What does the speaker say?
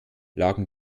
lagen